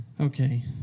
Okay